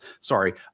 Sorry